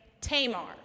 Tamar